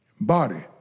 body